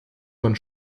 man